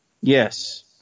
Yes